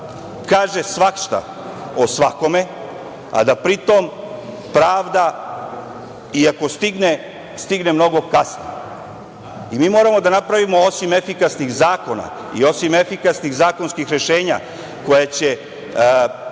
kaže svašta o svakome, s da pri tome, pravda i ako stigne stigne mnogo kasno. Mi moramo da napravimo, osim efikasnih zakona, i osim efikasnih zakonskih rešenja koje će